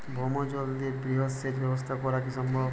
ভৌমজল দিয়ে বৃহৎ সেচ ব্যবস্থা করা কি সম্ভব?